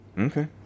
Okay